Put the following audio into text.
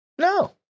No